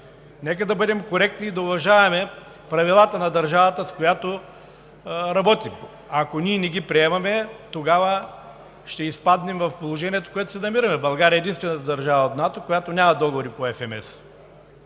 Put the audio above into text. Нека да бъдем коректни и да уважаваме правилата на държавата, с която работим. Ако ние не ги приемем, тогава ще изпаднем в положението, в което се намираме. България е единствената държава в НАТО, която няма договори по ФМС.